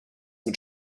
mit